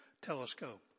telescope